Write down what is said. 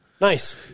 Nice